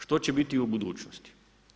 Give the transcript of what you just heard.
Što će biti u budućnosti?